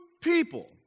people